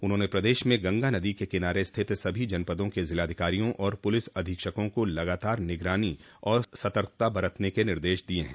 उन्होंने प्रदेश में गंगा नदी के किनारे स्थित सभी जनपदों के जिलाधिकारियों और पुलिस अधीक्षकों का लगातार निगरानी और सतर्कता बरतने के निर्देश दिये हैं